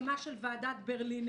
בהקמה של ועדת ברלינר,